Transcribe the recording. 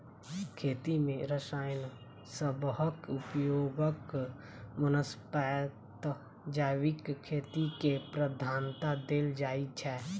खेती मे रसायन सबहक उपयोगक बनस्पैत जैविक खेती केँ प्रधानता देल जाइ छै